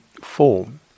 form